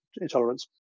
intolerance